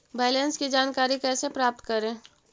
Balance की जानकारी कैसे प्राप्त करे?